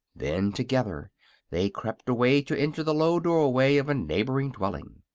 then together they crept away to enter the low doorway of a neighboring dwelling.